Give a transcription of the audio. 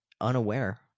unaware